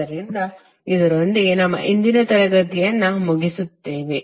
ಆದ್ದರಿಂದ ಇದರೊಂದಿಗೆ ನಮ್ಮ ಇಂದಿನ ತರಗತಿಯನ್ನು ಮುಗಿಸುತ್ತೇವೆ